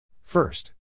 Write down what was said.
First